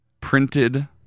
printed